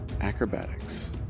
Acrobatics